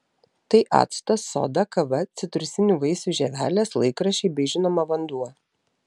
tai actas soda kava citrusinių vaisių žievelės laikraščiai bei žinoma vanduo